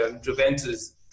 Juventus